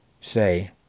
say